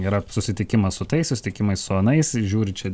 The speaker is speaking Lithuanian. yra susitikimas su tais susitikimai su anais žiūri čia